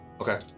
Okay